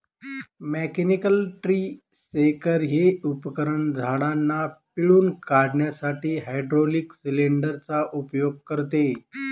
mechanical tree shaker हे उपकरण झाडांना पिळून काढण्यासाठी हायड्रोलिक सिलेंडर चा उपयोग करते